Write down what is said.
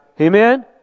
Amen